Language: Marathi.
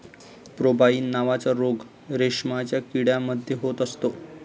पेब्राइन नावाचा रोग रेशमाच्या किडे मध्ये होत असतो